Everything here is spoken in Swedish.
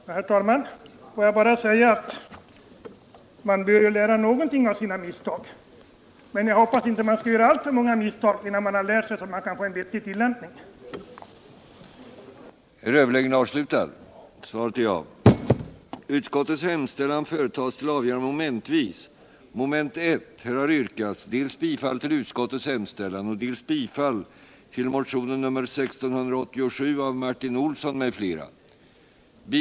Herr talman! Jag vill helt kort säga att man bör väl lära någonting av sina misstag. Jag hoppas bara att man inte skall behöva göra alltför många misstag innan man lärt sig så mycket att man får en vettig tillämpning av lagen.